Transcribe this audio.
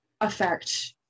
affect